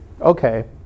okay